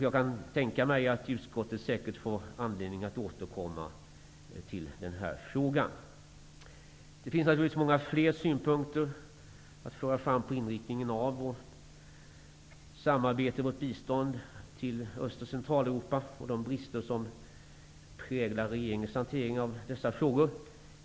Jag kan tänka mig att utskottet säkert får anledning att återkomma till denna fråga. Det finns naturligtvis många fler synpunkter att föra fram när det gäller inriktningen av östbiståndet och samarbetet med Öst och Centraleuropa och de brister som präglar regeringens hantering av dessa frågor.